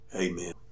amen